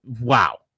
wow